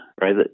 right